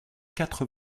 quatre